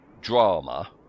drama